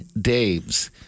Dave's